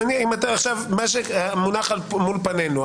מה שמונח כאן לפנינו,